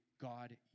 God